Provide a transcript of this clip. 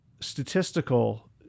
statistical